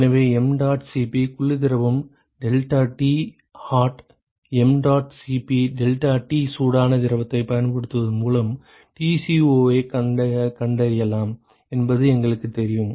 எனவே mdot Cp குளிர் திரவம் deltaT hot mdot Cp deltaT சூடான திரவத்தைப் பயன்படுத்துவதன் மூலம் Tco ஐக் கண்டறியலாம் என்பது எங்களுக்குத் தெரியும்